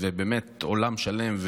באמת עולם שלם,